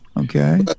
Okay